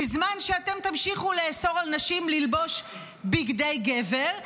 בזמן שאתם תמשיכו לאסור על נשים ללבוש בגדי גבר,